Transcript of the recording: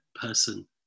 person